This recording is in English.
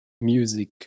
music